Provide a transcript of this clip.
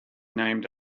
named